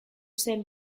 zen